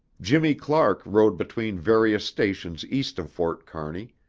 jimmy clark rode between various stations east of fort kearney,